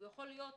יכול להיות